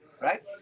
Right